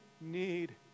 need